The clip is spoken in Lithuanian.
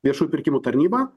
viešųjų pirkimų tarnybą